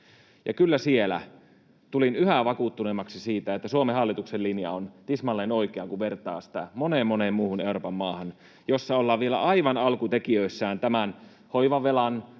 tulin siellä yhä vakuuttuneemmaksi siitä, että Suomen hallituksen linja on tismalleen oikea, kun vertaa sitä moneen, moneen muuhun Euroopan maahan, jossa ollaan vielä aivan alkutekijöissään tämän hoivavelan,